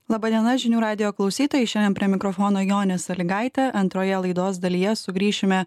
laba diena žinių radijo klausytojai šiandien prie mikrofono jonė salygaitė antroje laidos dalyje sugrįšime